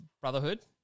Brotherhood